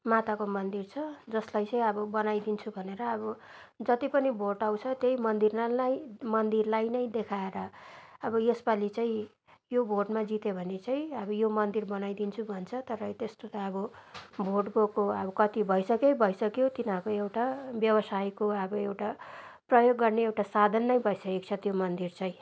माताको मन्दिर छ जसलाई चाहिँ अब बनाइदिन्छु भनेर अब जति पनि भोट आउँछ त्यही मन्दिरलाई मन्दिरलाई नै देखाएर अब यसपालि चाहिँ यो भोटमा जित्यो भने चाहिँ अब यो मन्दिर बनाइदिन्छु भन्छ तर त्यस्तो त अब भोट गएको अब कति भइसक्यो भइसक्यो तिनीहरूको एउटा व्यवसायको अब एउटा प्रयोग गर्ने एउटा साधन नै भइसकेको छ त्यो मन्दिर चाहिँ